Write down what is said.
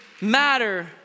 matter